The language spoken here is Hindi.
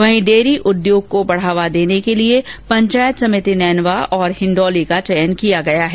वहीं डेयरी उद्योग को बढ़ावा देने के लिए पंचायत समिति नैनवा और हिंडौली का चयन किया गया है